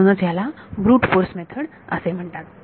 म्हणूनच याला brute force method असे म्हणतात